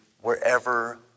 wherever